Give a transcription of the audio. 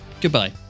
Goodbye